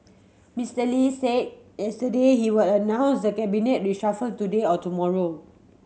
Mister Lee say yesterday he will announce the cabinet reshuffle today or tomorrow